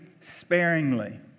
sparingly